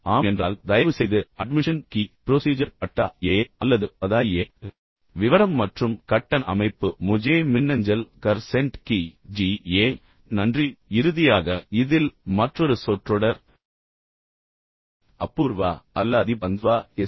ஆம் என்றால் தயவுசெய்து அட்மிஷன் கி ப்ரொசீஜர் பட்டா யே அல்லது பதாயியே விவரம் மற்றும் கட்டண அமைப்பு முஜே மின்னஞ்சல் கர் சென்ட் கி ஜி ஏ நன்றி இறுதியாக இதில் மற்றொரு சொற்றொடர் அப்பூர்வா அல்லாதி பந்த்வா எஸ்